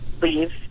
leave